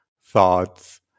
thoughts